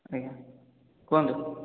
ଆଜ୍ଞା କୁହନ୍ତୁ